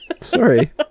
Sorry